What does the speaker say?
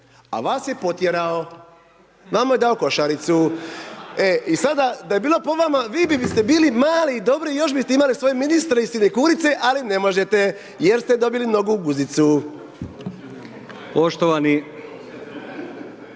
a vas je potjerao, nama je dao košaricu, e i sada da je bilo po vama, vi biste bili mali dobri još biste imali svoje ministre i …/Govornik se ne razumije/…, ali ne možete jer ste dobili nogu u guzicu.